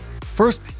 First